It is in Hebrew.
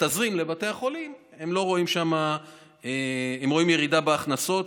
בתזרים לבתי החולים רואים ירידה בהכנסות.